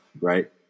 right